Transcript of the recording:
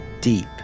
deep